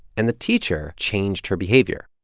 and the teacher changed her behavior.